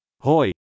Hoi